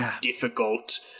difficult